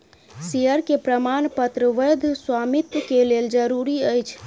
share के प्रमाणपत्र वैध स्वामित्व के लेल जरूरी अछि